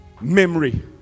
memory